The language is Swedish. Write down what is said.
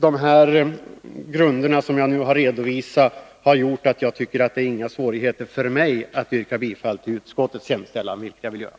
De skäl som jag nu redovisat har gjort att det inte är några svårigheter för mig att yrka bifall till utskottets hemställan, vilket jag vill göra.